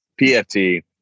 PFT